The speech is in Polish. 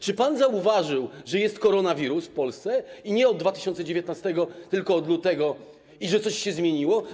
Czy pan zauważył, że jest koronawirus w Polsce, i nie od 2019 r., tylko od lutego, i że coś się zmieniło?